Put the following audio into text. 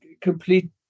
complete